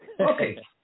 okay